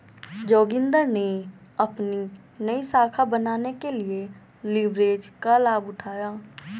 जोगिंदर ने अपनी नई शाखा बनाने के लिए लिवरेज का लाभ उठाया